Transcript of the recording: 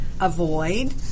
avoid